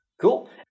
Cool